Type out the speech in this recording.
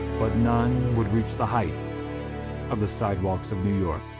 but none would reach the heights of the sidewalks of new york.